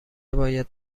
باید